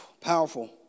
powerful